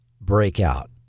Breakout